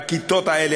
בכיתות האלה,